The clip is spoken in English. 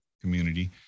community